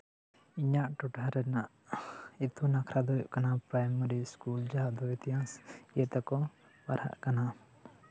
ᱤᱧᱟᱹᱜ ᱴᱚᱴᱷᱟ ᱨᱮᱱᱟᱜ ᱤᱛᱩᱱ ᱟᱥᱲᱟ ᱫᱚ ᱦᱩᱭᱩᱜ ᱠᱟᱱᱟ ᱯᱨᱟᱭᱢᱨᱤ ᱥᱠᱩᱞ ᱡᱟᱦᱟᱸ ᱫᱚ ᱤᱛᱤᱦᱟᱥ ᱤᱭᱟᱹ ᱛᱮᱠᱚ ᱯᱟᱲᱦᱟᱜ ᱠᱟᱱᱟ